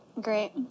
Great